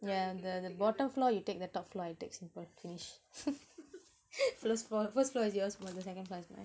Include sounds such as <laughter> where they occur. yeah the the bottom floor you take the top floor I take simple finish <laughs> first floor is yours second floor is mine